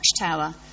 watchtower